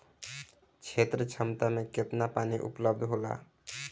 क्षेत्र क्षमता में केतना पानी उपलब्ध होला?